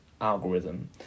algorithm